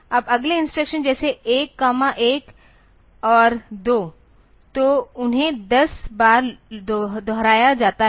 अब अगले इंस्ट्रक्शन जैसे 1 1 और 2 तो उन्हें 10 बार दोहराया जाता है